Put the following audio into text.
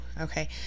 Okay